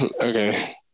Okay